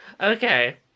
Okay